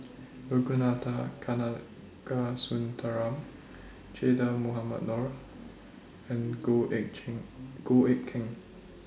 Ragunathar Kanagasuntheram Che Dah Mohamed Noor and Goh Eck Goh Eck Kheng